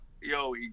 yo